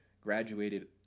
graduated